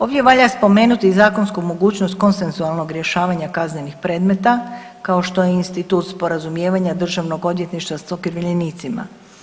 Ovdje valja spomenuti zakonsku mogućnost konsenzualnog rješavanja kaznenih predmeta kao što je institut sporazumijevanja državnog odvjetništva s okrivljenicima.